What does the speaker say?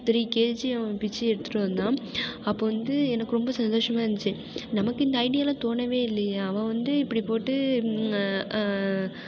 three KG அவன் பிச்சு எடுத்துகிட்டு வந்தான் அப்போது வந்து எனக்கு ரொம்ப சந்தோஷமாக இருந்துச்சு நமக்கு இந்த ஐடியாவெலாம் தோணவே இல்லையே அவன் வந்து இப்படி போட்டு